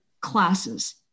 classes